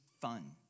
fun